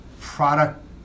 product